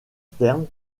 stern